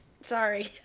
Sorry